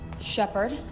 Shepard